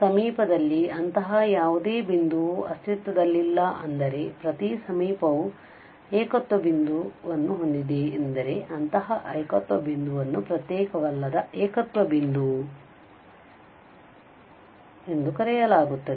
ಸಮೀಪದಲ್ಲಿ ಅಂತಹ ಯಾವುದೇ ಬಿಂದುವು ಅಸ್ತಿತ್ವದಲ್ಲಿಲ್ಲ ಅಂದರೆ ಪ್ರತಿ ಸಮೀಪವು ಏಕತ್ವ ಬಿಂದುವನ್ನು ಹೊಂದಿದೆ ಎಂದರೆ ಅಂತಹ ಏಕತ್ವ ಬಿಂದುವನ್ನು ಪ್ರತ್ಯೇಕವಲ್ಲದ ಏಕತ್ವ ಬಿಂದು ಎಂದು ಕರೆಯಲಾಗುತ್ತದೆ